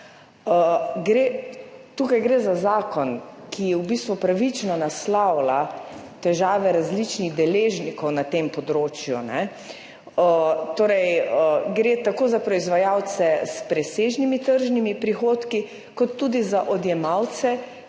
Tu gre za zakon, ki v bistvu pravično naslavlja težave različnih deležnikov na tem področju, torej gre tako za proizvajalce s presežnimi tržnimi prihodki kot tudi za odjemalce,